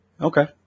Okay